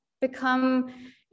become